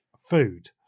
food